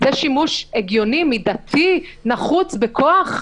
זה שימוש הגיוני, מידתי, נחוץ, בכוח?